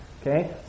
okay